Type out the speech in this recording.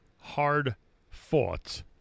hard-fought